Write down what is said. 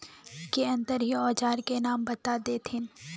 के अंदर ही औजार के नाम बता देतहिन?